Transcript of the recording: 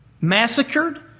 massacred